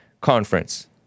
conference